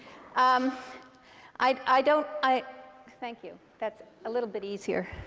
um i don't i thank you, that's a little bit easier.